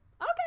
okay